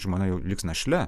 žmona jau liks našle